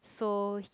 so